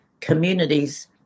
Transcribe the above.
communities